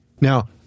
Now